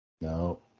no